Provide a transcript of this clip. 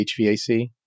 HVAC